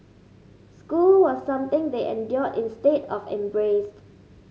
school was something they endured instead of embraced